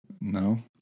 No